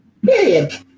Period